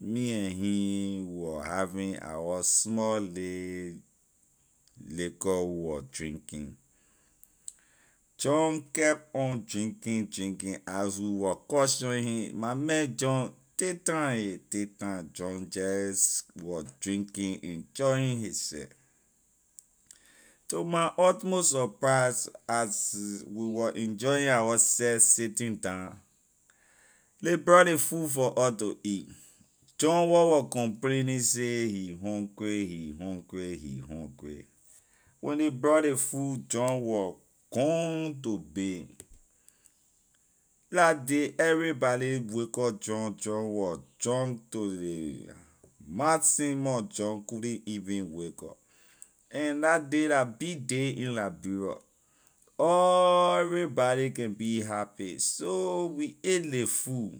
me and he we wor having our small lay liquor we wor drinking john kept on drinking drinking as we wor cautioning him my man john take time hay take time john jeh was drinking enjoying hisseh to my utmost surprise as we wor enjoying our seh sitting down ley brought ley food for us to eat john where wor complaining say he hungry he hungry he hungry when ley brought ley food john wor gone to bay la day everybody wake up john john was junk to ley maximum john couldn’t even wake up eh la day la big day in liberia all ray body can be happy so we ate ley food.